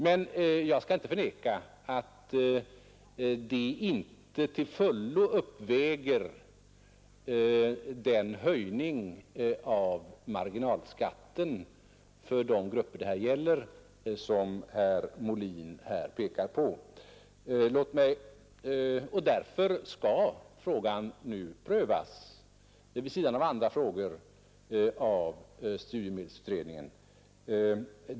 Men jag skall inte förneka att detta inte till fullo uppväger den av herr Molin påpekade höjningen av marginalskatten för de grupper det här gäller. Därför skall frågan nu prövas — vid sidan om andra frågor — av studiemedelsutredningen.